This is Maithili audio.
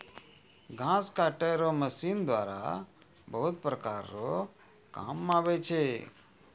घास काटै रो मशीन द्वारा बहुत प्रकार रो काम मे आबै छै